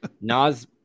Nas